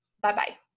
Bye-bye